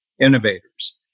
innovators